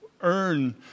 earn